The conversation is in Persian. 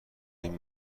این